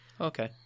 okay